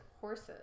horses